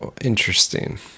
interesting